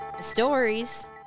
stories